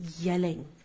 yelling